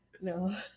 No